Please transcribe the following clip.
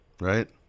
right